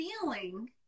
feeling